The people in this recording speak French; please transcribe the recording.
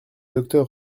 docteur